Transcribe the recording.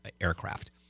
aircraft